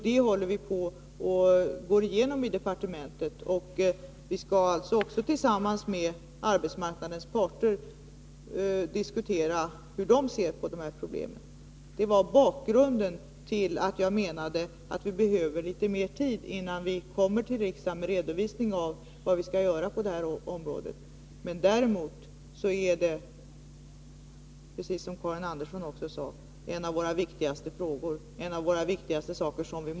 Det håller vi på att gå igenom i departementet, och vi skall tillsammans med arbetsmarknadens parter diskutera och ta reda på hur de ser på problemen. Det var bakgrunden till det jag sade om att vi behöver litet mer tid innan vi kommer till riksdagen med en redovisning av vad vi skall göra på det här området. Att bekämpa långtidsarbetslösheten är däremot, precis som Karin Andersson sade, en av våra viktigaste frågor.